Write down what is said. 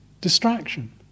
Distraction